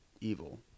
evil